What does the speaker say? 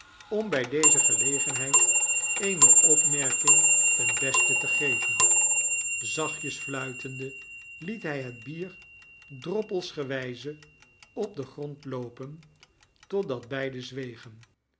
familietwisten pmbij deze gelegenheid-eetnige opmerkingen ten beste te geven zacht jes fluiteude liet hij het bier droppelsgewijze op den gro'nd loopen totdat bedded zwegen